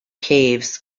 caves